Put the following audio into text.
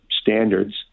standards